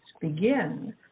begin